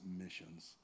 missions